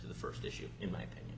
to the first issue in my opinion